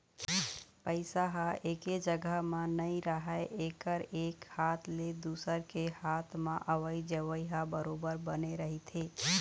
पइसा ह एके जघा म नइ राहय एकर एक हाथ ले दुसर के हात म अवई जवई ह बरोबर बने रहिथे